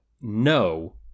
no